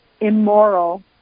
immoral